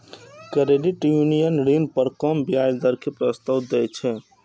credit union ऋण पर कम ब्याज दर के प्रस्ताव दै छै